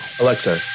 Alexa